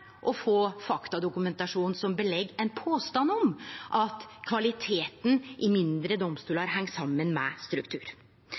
å få faktadokumentasjon som belegg ein påstand om at kvaliteten i mindre domstolar